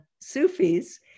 Sufis